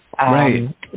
Right